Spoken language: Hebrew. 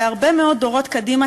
והרבה מאוד דורות קדימה,